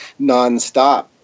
nonstop